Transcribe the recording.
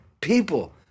people